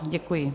Děkuji.